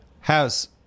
House